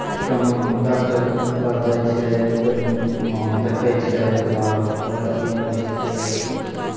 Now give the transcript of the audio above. कहाँ डाक्टरके पास जाइ छै तऽ देखैत छै तकर बाद दबाइ सुइया लै छियै